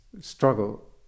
struggle